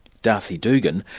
darcy dugan,